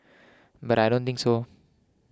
but I don't think so